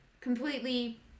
completely